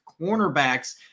cornerbacks